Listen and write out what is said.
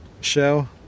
show